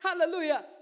Hallelujah